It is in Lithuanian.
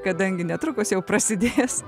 kadangi netrukus jau prasidės